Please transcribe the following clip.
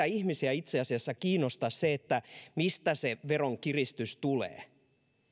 ihmisiä itse asiassa kiinnosta se mistä se veronkiristys tulee